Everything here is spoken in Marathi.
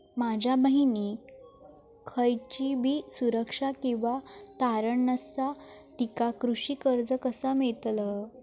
माझ्या बहिणीक खयचीबी सुरक्षा किंवा तारण नसा तिका कृषी कर्ज कसा मेळतल?